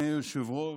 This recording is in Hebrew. אדוני היושב-ראש,